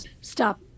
Stop